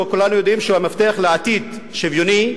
שכולנו יודעים שהוא המפתח לעתיד שוויוני,